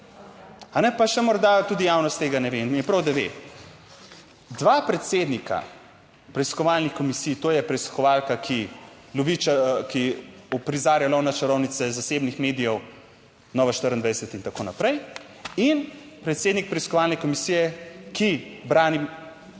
A ne, pa še morda tudi javnost tega ne ve in mi je prav, da ve. Dva predsednika preiskovalnih komisij, to je preiskovalka, ki noviča…, ki uprizarja lov na čarovnice zasebnih medijev Nova 24 in tako naprej in predsednik preiskovalne komisije, ki brani